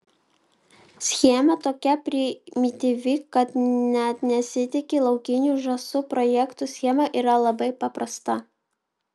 schema tokia primityvi kad net nesitiki laukinių žąsų projekto schema yra labai paprasta